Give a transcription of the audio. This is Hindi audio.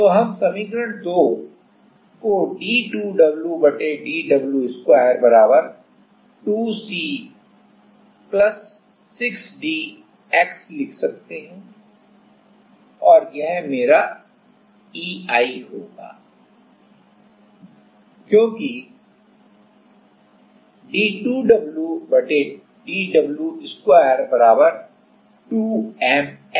तो हम समीकरण 2 को d2wdw2 2 C plus 6 D X लिख सकते हैं और यह यह मेरा EI होगा क्योंकि d2wdw2 2 MEI जहां M F गुणा L x होगा